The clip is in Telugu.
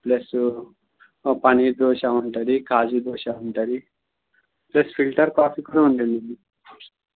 ప్లస్ పన్నీర్ దోశ ఉంటుంది కాజు దోశ ఉంటుంది ప్లస్ ఫిల్టర్ కాఫీ కూడా ఉంటుందండి